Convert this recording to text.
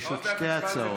יש עוד שתי הצעות.